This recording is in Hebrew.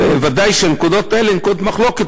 וודאי שנקודות אלה הן נקודות במחלוקת,